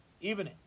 evening